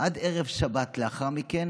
עד ערב שבת לאחר מכן